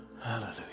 Hallelujah